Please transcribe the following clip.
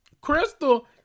Crystal